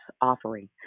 offering